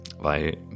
weil